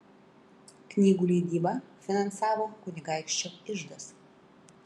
knygų leidybą finansavo kunigaikščio iždas